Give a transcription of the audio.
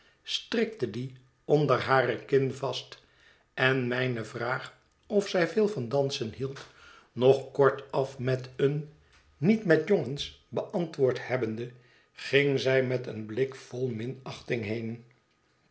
strikte dien onder hare kin vast en mijne vraag of zij veel van dansen hield nog kortaf met een niet met jongens beantwoord hebbende ging zij met een blik vol minachting heen